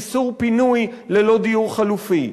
חוק של איסור פינוי ללא דיור חלופי,